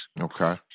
Okay